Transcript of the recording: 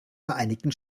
vereinigten